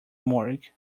morgue